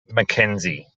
mackenzie